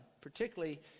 particularly